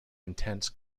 intense